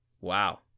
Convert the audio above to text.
Wow